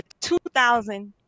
2000